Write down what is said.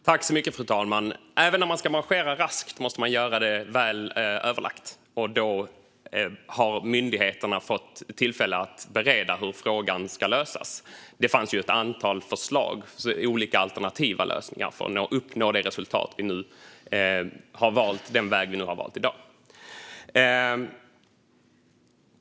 Fru talman! Även om man ska marschera raskt måste man göra det väl överlagt. Då har myndigheterna fått tillfälle att bereda hur frågan ska lösas. Det fanns ett antal förslag till olika alternativa lösningar för att uppnå det resultat som den väg vi nu har valt i dag leder till.